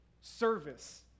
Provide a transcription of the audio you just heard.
Service